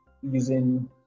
using